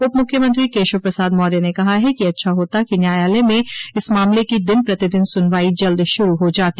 उप मुख्यमंत्री केशव प्रसाद मौर्य ने कहा है कि अच्छा होता कि न्यायालय में इस मामले की दिन प्रतिदिन सुनवाई जल्द शुरू हो जाती